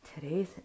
Today's